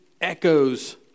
echoes